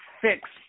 fix